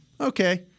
Okay